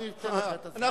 מה עם ההוא עם השמלה?